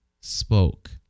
spoke